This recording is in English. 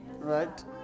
right